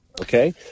Okay